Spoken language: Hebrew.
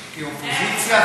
כאופוזיציה,